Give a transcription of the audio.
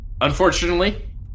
Unfortunately